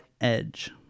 Edge